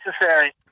necessary